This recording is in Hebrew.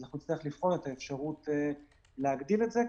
אנחנו נצטרך לבחון את האפשרות להגדיל את זה.